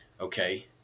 Okay